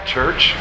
church